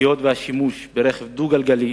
היות שהשימוש ברכב דו-גלגלי